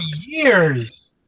years